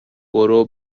برو